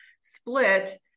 split